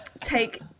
take